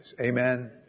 Amen